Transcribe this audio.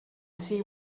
see